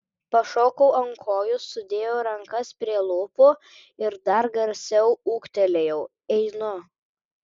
pašokau ant kojų sudėjau rankas prie lūpų ir dar garsiau ūktelėjau einu